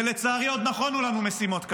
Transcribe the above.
ולצערי עוד נכונו לנו משימות קשות.